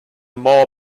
more